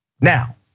Now